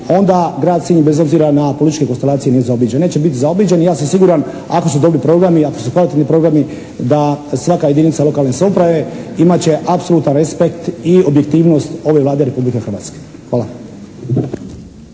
onda Grad Sinj bez obzira na političke konstelacije nije zaobiđen. Neće biti zaobiđen i ja sam siguran ako su dobri programi i ako su kvalitetni programi da svaka jedinica lokalne samouprave imat će apsolutan respekt i objektivnost ove Vlade Republike Hrvatske. Hvala.